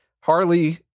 Harley